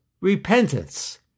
repentance